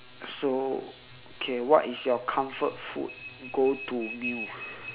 so okay what is your comfort food go to meal